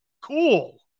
cool